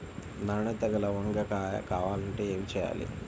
నాణ్యత గల వంగ కాయ కావాలంటే ఏమి చెయ్యాలి?